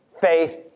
faith